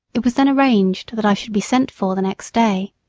it was then arranged that i should be sent for the next day.